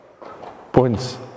points